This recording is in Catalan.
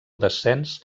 descens